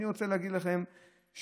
אני רוצה להגיד לכם שהיום,